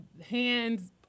hands